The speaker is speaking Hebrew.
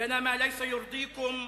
להלן תרגומם לעברית: